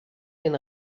den